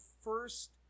first